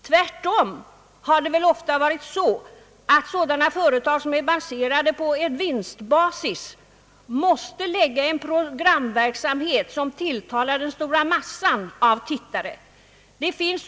Tvärtom har ofta sådana företag, som är baserade på vinstkalkyler, måst tillämpa en programverksamhet, som tilltalar den stora massan av tittare.